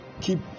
Keep